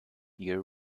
year